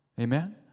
Amen